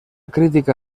crítica